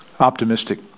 optimistic